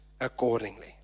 accordingly